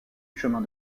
chemin